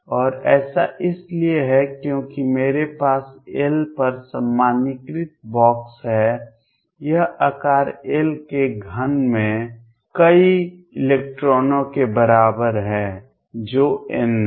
और ऐसा इसलिए है क्योंकि मेरे पास L पर सामान्यीकृत बॉक्स है यह आकार L के घन में कई इलेक्ट्रॉनों के बराबर है जो N है